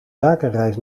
zakenreis